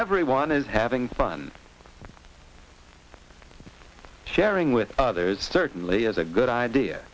everyone is having fun sharing with others certainly is a good idea